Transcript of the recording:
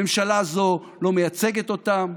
הממשלה הזאת לא מייצגת אותם,